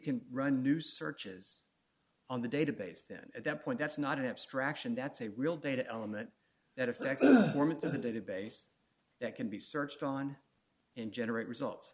can run new searches on the database then at that point that's not an abstraction that's a real data element that if they actually form it to the database that can be searched on and generate results